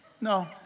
No